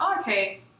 okay